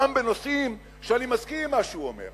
גם בנושאים שאני מסכים עם מה שהוא אומר.